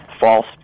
false